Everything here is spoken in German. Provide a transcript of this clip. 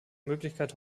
möglichkeit